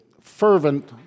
fervent